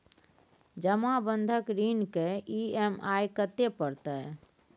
जमा बंधक ऋण के ई.एम.आई कत्ते परतै?